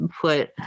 put